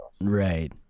Right